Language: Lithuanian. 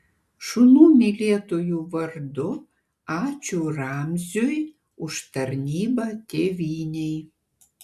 šunų mylėtojų vardu ačiū ramziui už tarnybą tėvynei